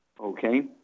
okay